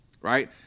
right